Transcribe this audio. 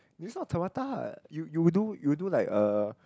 this one tabata you you will do you will do like uh